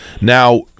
Now